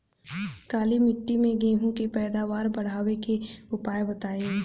काली मिट्टी में गेहूँ के पैदावार बढ़ावे के उपाय बताई?